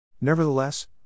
Nevertheless